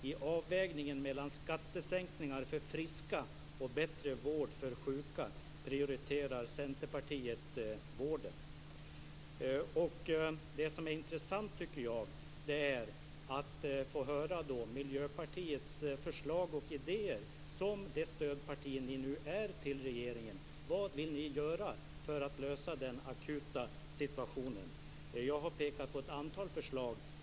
I avvägningen mellan skattesänkningar för friska och bättre vård för sjuka prioriterar Det som är intressant tycker jag är att få höra Miljöpartiets förslag och idéer, som det stödparti ni nu är till regeringen. Vad vill ni göra för att lösa den akuta situationen? Jag har pekat på ett antal förslag.